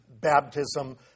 baptism